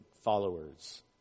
followers